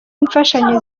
imfashanyo